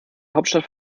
hauptstadt